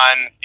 on